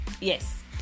Yes